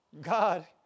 God